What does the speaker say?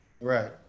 Right